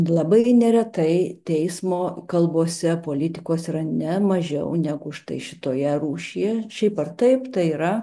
labai neretai teismo kalbose politikos yra ne mažiau negu štai šitoje rūšyje šiaip ar taip tai yra